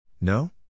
No